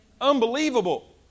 Unbelievable